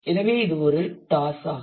எனவே இது ஒரு உடனடி டாஸ் ஆகும்